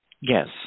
Yes